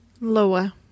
Lower